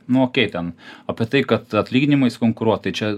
nu o kaip ten apie tai kad atlyginimais konkuruot tai čia